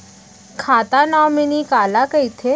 खाता नॉमिनी काला कइथे?